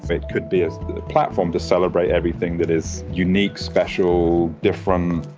it could be a platform to celebrate everything that is unique, special, different,